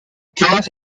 chœur